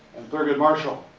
thurgood marshall.